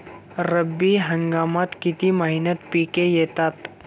रब्बी हंगामात किती महिन्यांत पिके येतात?